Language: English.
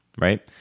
right